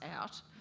out